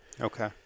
Okay